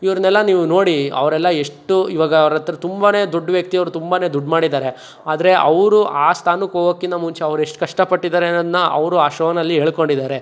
ಇವ್ರನ್ನೆಲ್ಲ ನೀವು ನೋಡಿ ಅವರೆಲ್ಲ ಎಷ್ಟು ಇವಾಗ ಅವರತ್ರ ತುಂಬನೇ ದೊಡ್ಡ ವ್ಯಕ್ತಿ ಅವರು ತುಂಬನೇ ದುಡ್ಡು ಮಾಡಿದ್ದಾರೆ ಆದರೆ ಅವರು ಆ ಸ್ಥಾನಕ್ಕೋಗೋಕ್ಕಿಂತ ಮುಂಚೆ ಅವ್ರೆಷ್ಟು ಕಷ್ಟಪಟ್ಟಿದ್ದಾರೆ ಅನ್ನೋದನ್ನ ಅವರು ಆ ಶೋದಲ್ಲಿ ಹೇಳ್ಕೊಂಡಿದಾರೆ